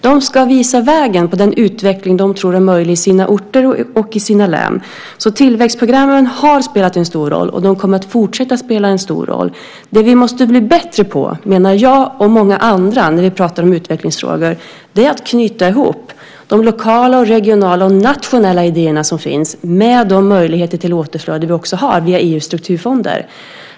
De ska visa vägen för den utveckling de tror är möjlig i sina orter och i sina län. Tillväxtprogrammen har spelat en stor roll. De kommer att fortsätta att spela en stor roll. Det vi måste bli bättre på, menar jag och många andra när vi talar om utvecklingsfrågor, är att knyta ihop de lokala, regionala och nationella idéerna som finns med de möjligheter till återflöde vi har via EU:s strukturfonder.